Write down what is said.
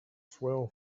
swell